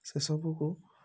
ସେ ସବୁକୁ